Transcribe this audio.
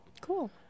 Cool